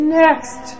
next